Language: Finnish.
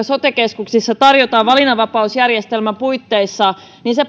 sote keskuksissa tarjotaan valinnanvapausjärjestelmän puitteissa